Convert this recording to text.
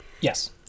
Yes